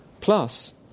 plus